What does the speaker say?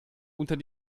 unter